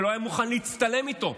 שלא היה מוכן להצטלם איתו,